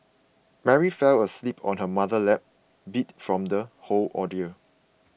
Mary fell asleep on her mother's lap beat from the whole ordeal